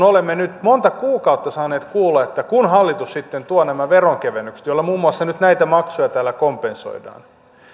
olemme nyt monta kuukautta saaneet kuulla että kun hallitus sitten tuo nämä veronkevennykset joilla muun muassa nyt näitä maksuja täällä kompensoidaan